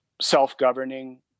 self-governing